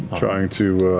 trying to.